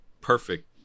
perfect